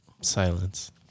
silence